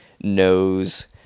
knows